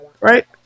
Right